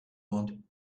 want